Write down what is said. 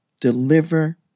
deliver